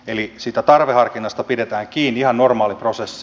eli siitä tarveharkinnasta pidetään kiinni ihan normaali prosessi